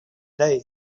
day